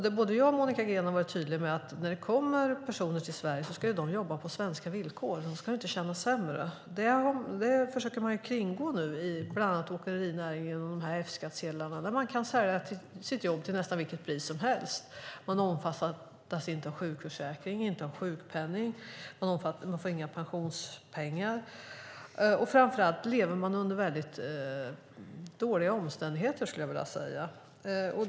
Både jag och Monica Green har varit tydliga med att när det kommer personer till Sverige ska de jobba på svenska villkor. De ska inte tjäna sämre. Det försöker man nu kringgå, bland annat i åkerinäringen, med de här F-skattsedlarna. Man kan sälja sitt jobb till nästan vilket pris som helst. Man omfattas inte av sjukförsäkring och inte av sjukpenning. Man får inga pensionspengar. Framför allt lever man under väldigt dåliga omständigheter, skulle jag vilja säga.